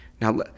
Now